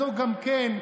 זו גם כן",